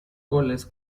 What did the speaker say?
goles